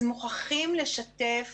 אז מוכרחים לשתף